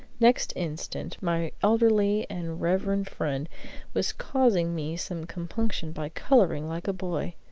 next instant, my elderly and reverend friend was causing me some compunction by coloring like a boy.